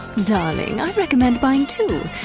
darling, i recommend buying two,